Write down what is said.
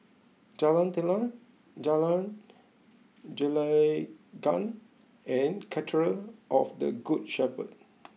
Jalan Telang Jalan Gelenggang and Cathedral of the Good Shepherd